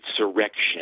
insurrection